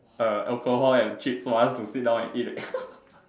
uh alcohol and chips for us to sit down and eat